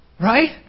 Right